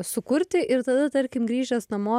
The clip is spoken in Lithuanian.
sukurti ir tada tarkim grįžęs namo